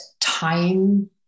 time